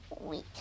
Wait